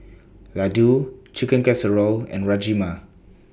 Ladoo Chicken Casserole and Rajma